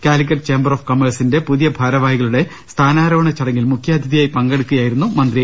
Calicut chamber of കൊമേഴ്സിന്റെ പുതിയ ഭരാ വാഹികളുടെ സ്ഥാനാരോഹണ ചടങ്ങിൽ മുഖ്യാതിഥിയായി സംസാരിക്കുക യായിരുന്നു മന്ത്രി